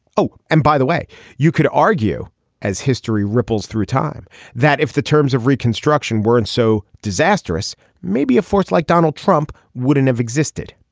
oh and by the way you could argue as history ripples through time that if the terms of reconstruction weren't so disastrous maybe a force like donald trump wouldn't have existed.